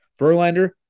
Verlander